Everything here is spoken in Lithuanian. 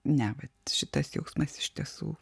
ne vat šitas jausmas iš tiesų